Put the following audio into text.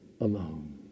alone